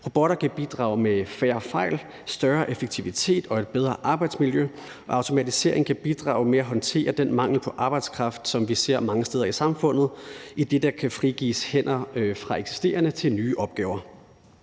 Robotter kan bidrage med færre fejl, større effektivitet og et bedre arbejdsmiljø, og automatisering kan bidrage med at håndtere den mangel på arbejdskraft, som vi ser mange steder i samfundet, idet der kan frigives hænder fra eksisterende opgaver til nye opgaver.